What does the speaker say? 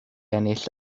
ennill